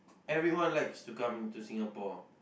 everyone likes to come to Singapore